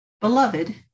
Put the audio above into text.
Beloved